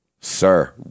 Sir